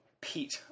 Pete